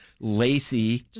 lacy